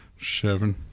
Seven